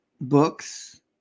books